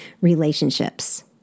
relationships